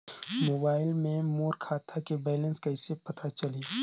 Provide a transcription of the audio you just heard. Mobile मे मोर खाता के बैलेंस कइसे पता चलही?